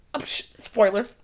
spoiler